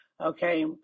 Okay